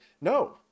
No